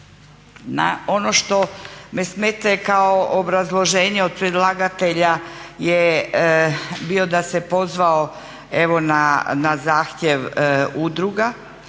Ono što me smeta je kao obrazloženje od predlagatelja je bio da se pozvao evo na zahtjev udruga,